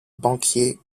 banquier